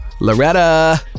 Loretta